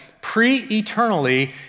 pre-eternally